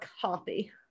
copy